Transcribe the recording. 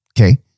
Okay